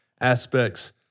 aspects